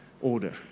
order